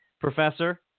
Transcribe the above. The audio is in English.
Professor